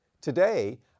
Today